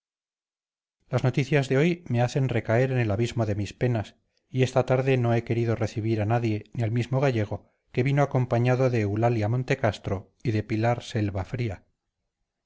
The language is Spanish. las noticias de hoy me hacen recaer en el abismo de mis penas y esta tarde no he querido recibir a nadie ni al mismo gallego que vino acompañado de eulalia montecastro y de pilar selva fría